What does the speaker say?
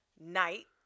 Night